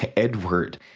ah edward,